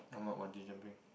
I'm not bungee jumping